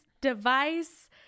device